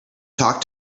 talk